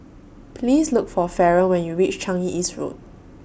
Please Look For Faron when YOU REACH Changi East Road